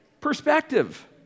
perspective